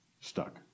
stuck